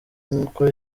nk’uko